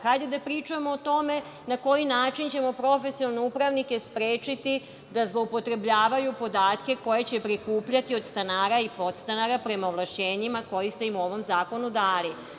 Hajde da pričamo o tome na koji način ćemo profesionalne upravnike sprečiti da zloupotrebljavaju podatke koje će prikupljati od stanara i podstanara prema ovlašćenjima koja ste im u ovom zakonu dali.